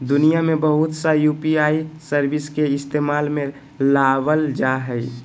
दुनिया में बहुत सा यू.पी.आई सर्विस के इस्तेमाल में लाबल जा हइ